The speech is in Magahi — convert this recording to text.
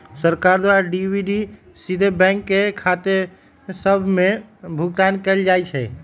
सरकार द्वारा डी.बी.टी सीधे बैंक खते सभ में भुगतान कयल जाइ छइ